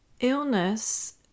illness